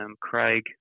Craig